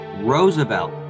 Roosevelt